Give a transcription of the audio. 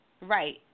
Right